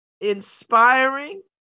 Inspiring